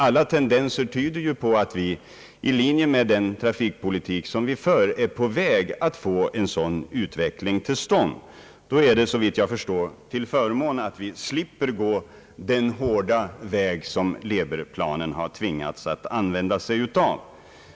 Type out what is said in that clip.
Alla tendenser tyder på att vi i linje med den trafikpolitik vi för är på väg att få till stånd en sådan trafikutveckling. Då är det, såvitt jag förstår, till fördel att vi slipper gå den hårda väg som Leberplanen har tvingats att räkna med.